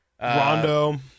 Rondo